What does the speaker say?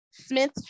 smith